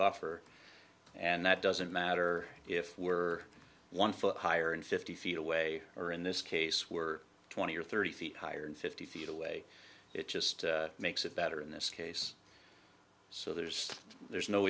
buffer and that doesn't matter if we're one foot higher and fifty feet away or in this case we're twenty or thirty feet higher and fifty feet away it just makes it better in this case so there's there's no